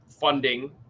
funding